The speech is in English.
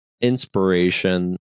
inspiration